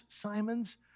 Simon's